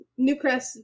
Newcrest